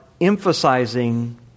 emphasizing